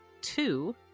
two